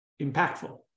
impactful